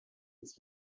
uns